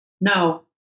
No